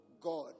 God